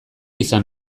izan